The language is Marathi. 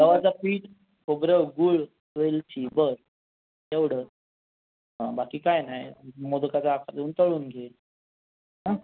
गव्हाचा पीठ खोबरं गूळ वेलची बस एवढं बाकी काही नाही मोदकाचा आकार देऊन तळून घे हां